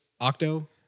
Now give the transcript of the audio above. octo